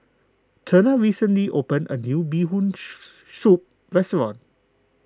Turner recently opened a new Bee Hoon Soup restaurant